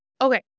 Okay